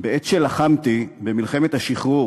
בעת שלחמתי במלחמת השחרור